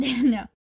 No